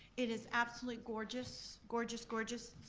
it is absolutely gorgeous, gorgeous, gorgeous.